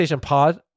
Pod